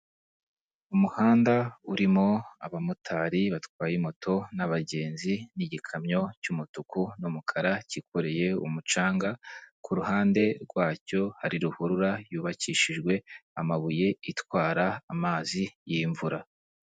Umuhanda urimo abamotari batwaye moto n'abagenzi n'igikamyo cy'umutuku n'umukara cyikoreye umucanga, ku ruhande rwacyo hari ruhurura yubakishijwe amabuye itwara amazi y'imvura.